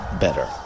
better